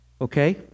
Okay